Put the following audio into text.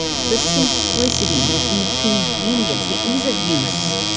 the simplicity, the convenience, the ease of use,